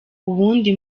uwundi